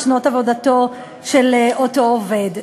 או בשנות עבודתו של אותו עובד,